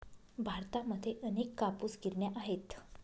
भारतामध्ये अनेक कापूस गिरण्या आहेत